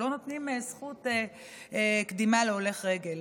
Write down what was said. שלא נותנים זכות קדימה להולך רגל.